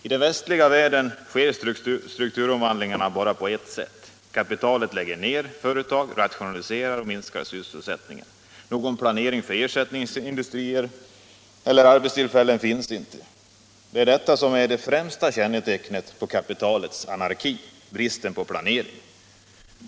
I den västliga världen sker strukturomvandlingarna bara på ett sätt — kapitalet lägger ned företag, rationaliserar och minskar sysselsättningen. Någon planering för ersättningsindustrier eller andra arbetstillfällen finns inte. Detta är det främsta kännetecknet på kapitalets anarki: bristen på planering.